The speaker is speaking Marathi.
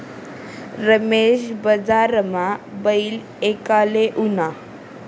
रमेश बजारमा बैल ईकाले ऊना